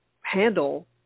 handle